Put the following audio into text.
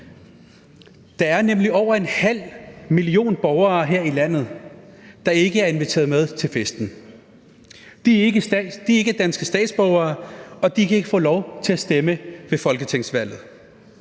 Der er nemlig over en halv million borgere her i landet, der ikke er inviteret med til festen. De er ikke danske statsborgere, og de kan ikke få lov til at stemme ved folketingsvalget.